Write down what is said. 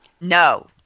No